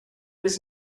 was